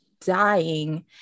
dying